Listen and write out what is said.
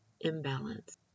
imbalance